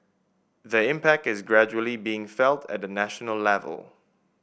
the impact is gradually being felt at the national level